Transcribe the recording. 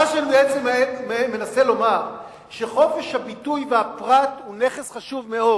אני מנסה לומר שחופש הביטוי וחופש הפרט זה נכס חשוב מאוד,